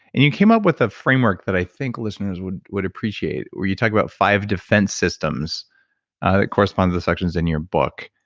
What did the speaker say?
and you came up with a framework that i think listeners would would appreciate where you talk about five defense systems that correspond to the sections in your book.